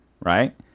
right